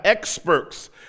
experts